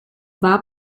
war